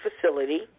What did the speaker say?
facility